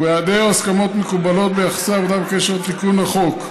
ובהיעדר הסכמות מקובלות ביחסי עבודה בקשר לתיקון החוק.